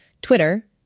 Twitter